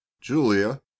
Julia